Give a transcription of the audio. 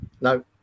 No